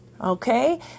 Okay